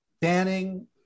banning